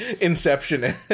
inception